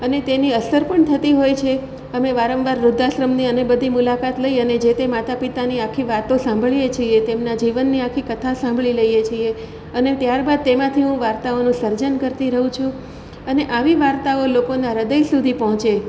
અને તેની અસર પણ થતી હોય છે અમે વારંવાર વૃદ્ધાશ્રમની અને બધી મુલાકાત લઈ અને જે તે માતા પિતાની આખી વાતો સાંભળીએ છીએ તેમનાં જીવનની આખી કથા સાંભળી લઈએ છીએ અને ત્યારબાદ તેમાંથી હું વાર્તાઓનું સર્જન કરતી રહું છું અને આવી વાર્તાઓ લોકોના હ્રદય સુધી પહોંચે